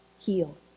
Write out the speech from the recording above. heal